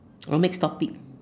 or next topic